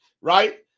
right